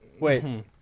wait